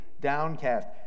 downcast